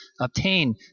obtain